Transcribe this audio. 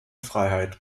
freiheit